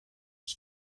was